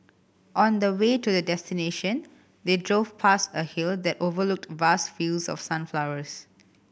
on the way to their destination they drove past a hill that overlooked vast fields of sunflowers